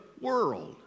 world